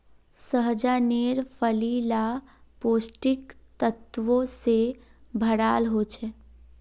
सह्जानेर फली ला पौष्टिक तत्वों से भराल होचे